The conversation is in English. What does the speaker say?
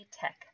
Tech